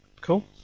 cool